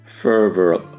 fervor